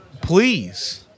please